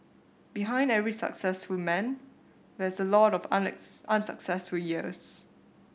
behind every successful man there's a lot of unsuccessful years